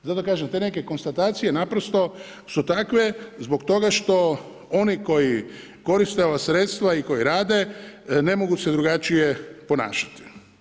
Zato kažem, te neke konstatacije naprosto su takve zbog toga što oni koji koriste ova sredstva i koji rade ne mogu se drugačije ponašati.